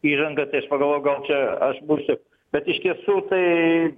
įžangą tai aš pagalvojau gal čia aš būsiu bet iš tiesų tai